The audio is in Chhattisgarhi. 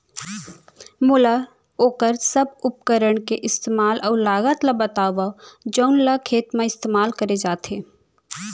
मोला वोकर सब उपकरण के इस्तेमाल अऊ लागत ल बतावव जउन ल खेत म इस्तेमाल करे जाथे?